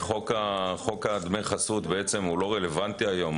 חוק דמי החסות לא רלוונטי היום,